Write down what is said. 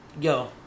Yo